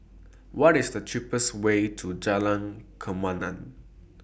What IS The cheapest Way to Jalan Kemaman